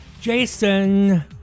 Jason